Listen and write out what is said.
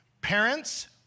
Parents